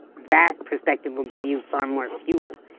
that perspective will give you far more fuel.